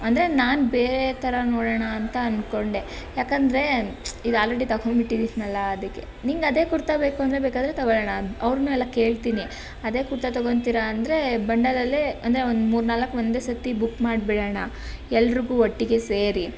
ಅಂದರೆ ನಾನು ಬೇರೆ ಥರ ನೋಡೋಣ ಅಂತ ಅಂದ್ಕೊಂಡೆ ಯಾಕೆಂದರೆ ಇದು ಆಲ್ರೆಡಿ ತೊಗೊಂಡ್ಬಿಟ್ಟಿದ್ದೀನಲ್ಲ ಅದಕ್ಕೆ ನಿನಗೆ ಅದೇ ಕುರ್ತಾ ಬೇಕು ಅಂದರೆ ಬೇಕಾದರೆ ತೊಗೊಳ್ಳೋಣ ಅವರನ್ನೂ ಎಲ್ಲ ಕೇಳ್ತೀನಿ ಅದೇ ಕುರ್ತಾ ತೊಗೊಂತೀರ ಅಂದರೆ ಬಣ್ಣದಲ್ಲೇ ಅಂದರೆ ಒಂದು ಮೂರು ನಾಲ್ಕು ಒಂದೇ ಸತಿ ಬುಕ್ ಮಾಡಿಬಿಡೋಣ ಎಲ್ಲರಿಗೂ ಒಟ್ಟಿಗೆ ಸೇರಿ